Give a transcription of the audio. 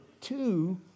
two